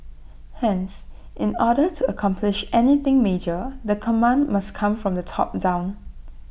hence in order to accomplish anything major the command must come from the top down